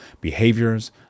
behaviors